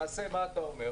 למעשה מה אתה אומר?